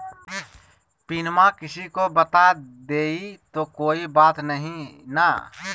पिनमा किसी को बता देई तो कोइ बात नहि ना?